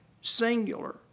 singular